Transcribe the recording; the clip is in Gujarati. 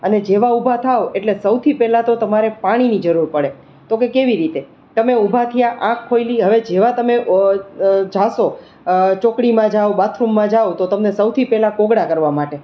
અને જેવા ઊભા થાઓ એટલે સૌથી પહેલા જ તમારે પાણીની જરૂર પડે તો કે કેવી રીતે તમે ઊભા થયા આંખ ખોલી હવે જેવા તમે જાશો ચોકડીમાં બાથરૂમમાં જાવ તો તમને સૌથી પહેલા કોગળા કરવા માટે